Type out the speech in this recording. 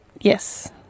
Yes